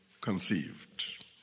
conceived